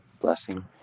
blessing